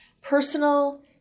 Personal